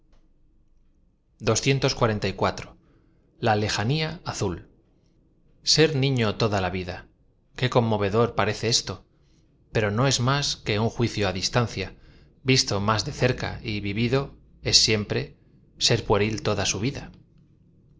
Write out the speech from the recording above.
a lejanía azul ser niño toda la vida qué conmovedor parece estol pero no es más que un juicio á distancia visto más de cerca y v iv id o ea siempre ser pueril toda su vida